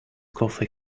coffee